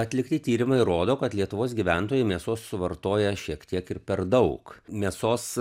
atlikti tyrimai rodo kad lietuvos gyventojai mėsos suvartoja šiek tiek ir per daug mėsos